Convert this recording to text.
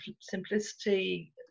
simplicity